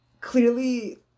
clearly